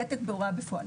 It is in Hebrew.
ותק בהוראה בפועל.